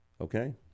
okay